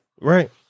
Right